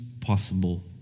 possible